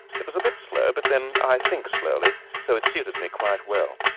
it was a bit slow, but then i think slowly so it suited me quite well.